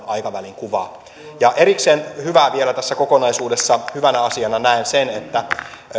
aikavälin kuvaa ja erikseen hyvää vielä tässä kokonaisuudessa hyvänä asiana näen sen että